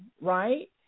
right